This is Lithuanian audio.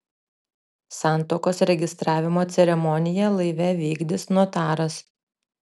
santuokos registravimo ceremoniją laive vykdys notaras